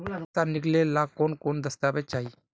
पैसा निकले ला कौन कौन दस्तावेज चाहिए?